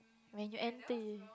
when you anti